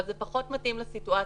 אבל ההצעה שלך פחות מתאימה לסיטואציה.